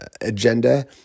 agenda